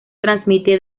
transmite